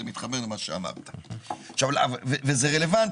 וזה רלוונטי,